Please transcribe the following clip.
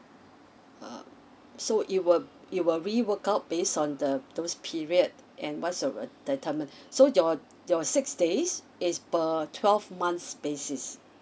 uh so it will it will rework out based on the those period and once over so your your six days is per twelve months basis